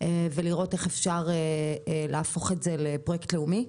ולראות איך אפשר להפוך את זה לפרויקט לאומי.